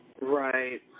Right